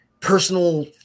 personal